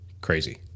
crazy